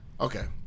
Okay